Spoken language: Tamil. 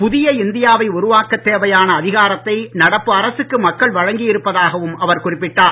புதிய இந்தியா வை உருவாக்கத் தேவையான அதிகாரத்தை நடப்பு அரசுக்கு மக்கள் வழங்கி இருப்பதாகவும் அவர் குறிப்பிட்டார்